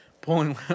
pulling